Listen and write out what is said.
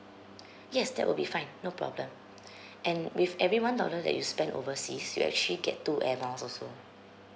yes that will be fine no problem and with every one dollar that you spend overseas you actually get two air miles also